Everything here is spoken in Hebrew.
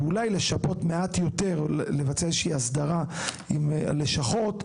ואולי לבצע איזו שהיא הסדרה עם הלשכות,